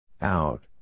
Out